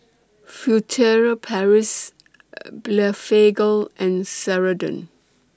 Furtere Paris Blephagel and Ceradan